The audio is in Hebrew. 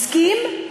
הסכים,